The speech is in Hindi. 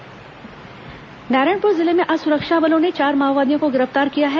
माओवादी गिरफ्तार नारायणपुर जिले में आज सुरक्षा बलों ने चार माओवादियों को गिरफ्तार किया है